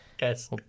Yes